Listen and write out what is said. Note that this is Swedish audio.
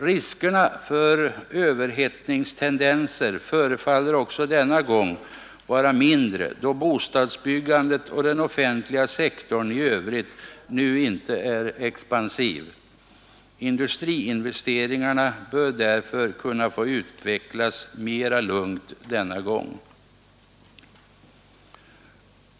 Riskerna för överhettningstendenser förefaller också denna gång vara mindre, då bostadsbyggandet och den offentliga sektorn i övrigt nu inte är expansiva. Industriinvesteringarna bör därför kunna få utvecklas mera lugnt denna gång.